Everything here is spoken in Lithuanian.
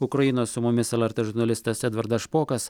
ukrainos su mumis lrt žurnalistas edvardas špokas